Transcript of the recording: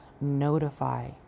notify